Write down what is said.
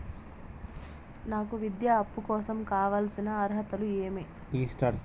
నాకు విద్యా అప్పు కోసం కావాల్సిన అర్హతలు ఏమి?